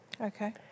Okay